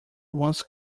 once